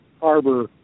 harbor